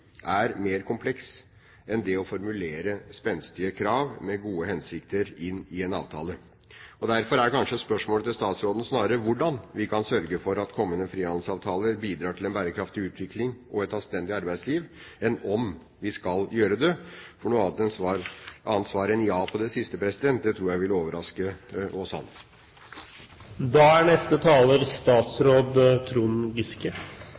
er mer kompleks enn det å formulere spenstige krav med gode hensikter inn i en avtale. Derfor er kanskje spørsmålet til statsråden snarere hvordan vi kan sørge for at kommende frihandelsavtaler bidrar til en bærekraftig utvikling og et anstendig arbeidsliv, enn om vi skal gjøre det. Noe annet svar enn ja på det siste tror jeg ville overraske